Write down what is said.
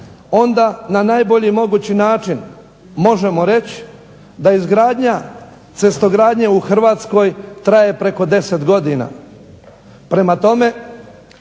onda na najbolji mogući način možemo reći da izgradnja cestogradnje u Hrvatskoj traje preko 10 godina. Prema tome,